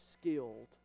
skilled